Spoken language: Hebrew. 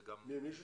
זה גם --- מי שותפה?